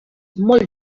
molt